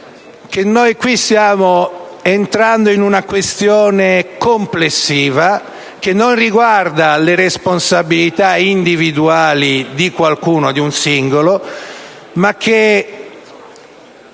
noi qui stiamo entrando in una questione complessiva che non riguarda le responsabilità individuali di qualcuno, di un singolo, ma investe